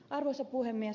arvoisa puhemies